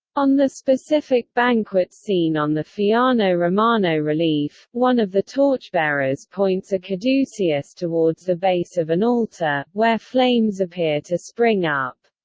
on the specific banquet scene on the fiano romano relief, one of the torchbearers points a caduceus towards the base of an altar, where flames appear to spring up.